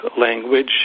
language